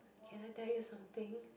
can I tell you something